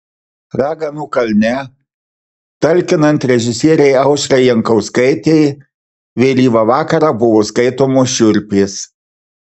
raganų kalne talkinant režisierei aušrai jankauskaitei vėlyvą vakarą buvo skaitomos šiurpės